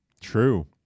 True